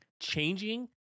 changing